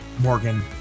Morgan